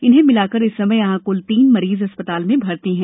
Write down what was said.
इन्हें मिलाकर इस समय यहां क्ल तीन मरीज अस्पताल में भर्ती हैं